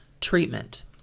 treatment